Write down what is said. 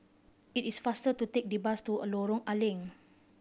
it is faster to take the bus to Lorong A Leng